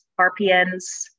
RPNs